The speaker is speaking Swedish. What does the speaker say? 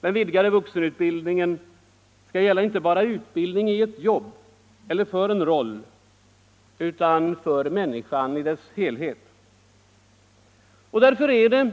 Den vidgade vuxenutbildningen skall gälla inte bara utbildning i ett jobb eller för en roll utan för människan i dess helhet. Därför är det